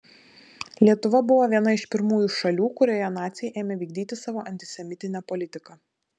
lietuva buvo viena iš pirmųjų šalių kurioje naciai ėmė vykdyti savo antisemitinę politiką